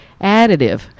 additive